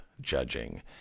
judging